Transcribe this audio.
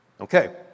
Okay